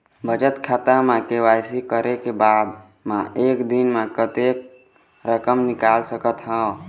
बचत खाता म के.वाई.सी करे के बाद म एक दिन म कतेक रकम निकाल सकत हव?